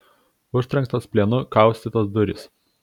užtrenktos plienu kaustytos durys